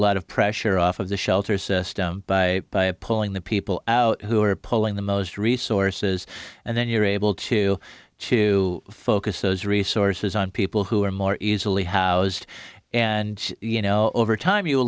lot of pressure off of the shelter system by pulling the people out who are pulling the most resources and then you're able to to focus those resources on people who are more easily housed and you know over time you